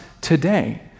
today